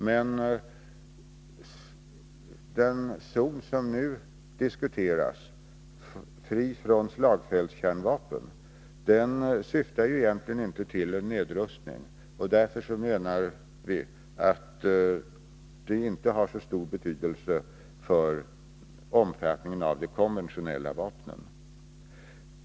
Men den zon, fri från slagfältskärnvapen, som nu diskuteras syftar egentligen inte till en nedrustning, och därför menar vi att den inte har så stor betydelse för omfattningen av de konventionella vapnen.